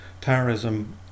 terrorism